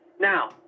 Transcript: Now